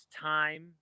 time